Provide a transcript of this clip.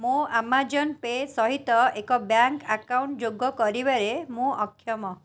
ମୋ Amazon Pay' ସହିତ ଏକ ବ୍ୟାଙ୍କ୍ ଆକାଉଣ୍ଟ୍ ଯୋଗ କରିବାରେ ମୁଁ ଅକ୍ଷମ